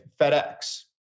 FedEx